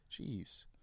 Jeez